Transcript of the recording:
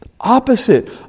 Opposite